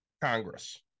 congress